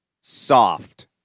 soft